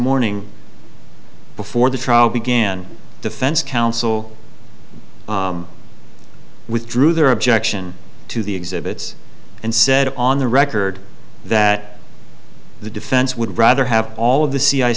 morning before the trial began defense counsel withdrew their objection to the exhibits and said on the record that the defense would rather have all of the c